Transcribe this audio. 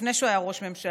לפני שהוא היה ראש ממשלה,